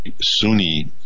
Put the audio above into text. Sunni